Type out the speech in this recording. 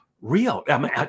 real